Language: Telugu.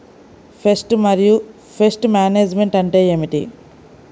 పెస్ట్ మరియు పెస్ట్ మేనేజ్మెంట్ అంటే ఏమిటి?